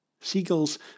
Seagulls